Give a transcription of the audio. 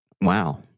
Wow